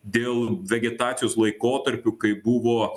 dėl vegetacijos laikotarpiu kai buvo